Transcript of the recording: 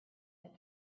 that